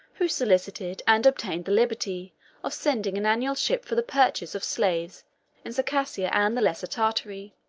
who solicited and obtained the liberty of sending an annual ship for the purchase of slaves in circassia and the lesser tartary